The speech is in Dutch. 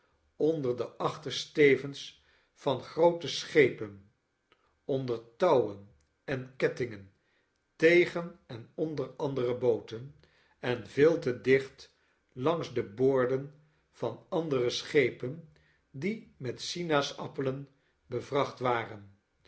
onder de achterstevens van groote schepen onder touwen en kettingen tegen en onder andere booten en veel te dicht langs de boorden van andere schepen die met sinaasappelen bevracht waren